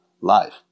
life